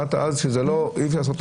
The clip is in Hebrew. למדת אז שאי אפשר לעשות,